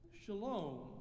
Shalom